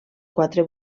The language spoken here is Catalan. quatre